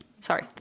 Sorry